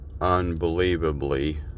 unbelievably